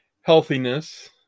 healthiness